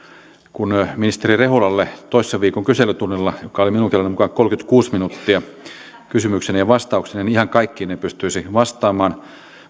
kuin ministeri rehulalle toissa viikon kyselytunnilla joka oli minun kelloni mukaan kolmekymmentäkuusi minuuttia kysymyksineen ja vastauksineen niin ihan kaikkiin en pystyisi vastaamaan